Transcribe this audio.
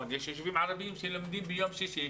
ויש ישובים ערבים שמלמדים ביום שישי.